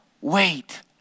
wait